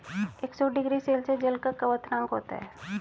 एक सौ degree Celsius जल का क्वथनांक होता है